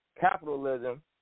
capitalism